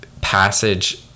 passage